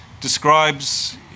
describes